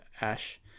Ash